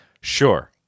Sure